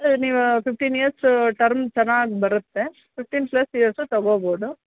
ನೀವು fifteen years term ಚೆನ್ನಾಗಿ ಬರುತ್ತೆ ಫಿಫ್ಟೀನ್ ಪ್ಲಸ್ ಇಯರ್ಸು ತೊಗೊಬೋದು